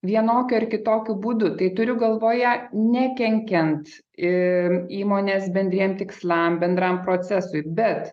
vienokiu ar kitokiu būdu tai turiu galvoje nekenkiant ir įmonės bendriem tikslam bendram procesui bet